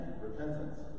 Repentance